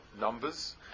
numbers